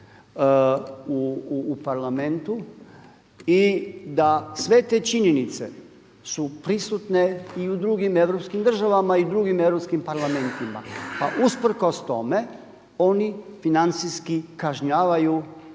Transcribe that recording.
u Parlamentu. I da sve te činjenice su prisutne i u drugim europskim državama i u drugim europskim parlamentima pa usprkos tome oni financijski kažnjavaju